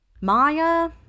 Maya